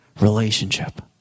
Relationship